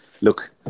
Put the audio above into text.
look